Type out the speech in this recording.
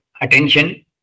attention